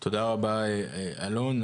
תודה רבה אלון.